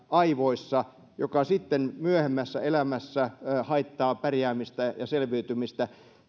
aivoissa mikä sitten myöhemmässä elämässä haittaa pärjäämistä ja selviytymistä